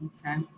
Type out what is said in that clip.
okay